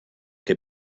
que